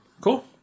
Cool